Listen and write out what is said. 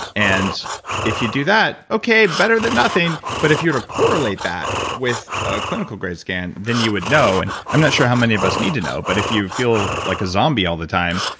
ah and if you do that, okay, better than nothing, but if you were to correlate that with a clinical grade scan then you would know, and i'm not sure how many of us need to know, but if you feel like a zombie all the time,